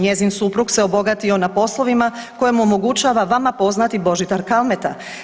Njezin suprug se obogatio na poslovima koje mu omogućava vama poznati Božidar Kalmeta.